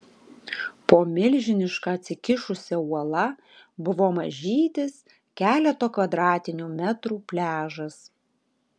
po milžiniška atsikišusia uola buvo mažytis keleto kvadratinių metrų pliažas